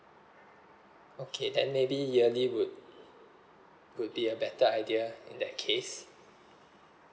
okay then maybe yearly would would be a better idea in that case